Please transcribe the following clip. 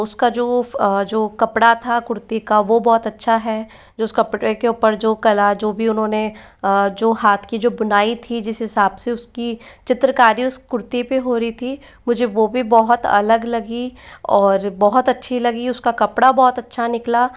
उसका जो वो जो कपड़ा था कुर्ती का वो बहुत अच्छा है जो उस कपड़े के ऊपर जो कला जो भी उन्होंने जो हाथ की जो बुनाई थी जिस हिसाब से उसकी चित्रकारी उस कुर्ती पर हो रही थी मुझे वो भी बहुत अलग लगी और बहुत अच्छी लगी उसका कपड़ा बहुत अच्छा निकला